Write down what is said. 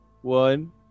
one